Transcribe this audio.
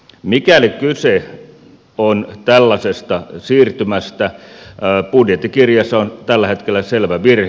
mikäli kyse on tällaisesta siirtymästä budjettikirjassa on tällä hetkellä selvä virhe